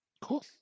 Cool